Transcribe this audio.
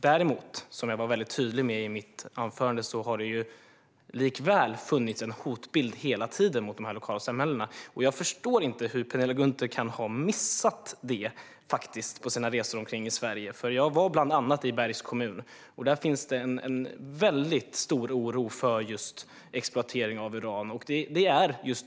Däremot har det, vilket jag var väldigt tydlig med i mitt anförande, likväl hela tiden funnits en hotbild mot de här lokalsamhällena. Jag förstår inte hur Penilla Gunther kan ha missat det på sina resor omkring i Sverige. Jag var bland annat i Bergs kommun. Där finns det en väldigt stor oro för just exploatering av uran.